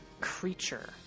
creature